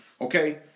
okay